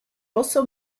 also